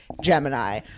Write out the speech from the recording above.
Gemini